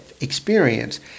experience